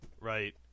Right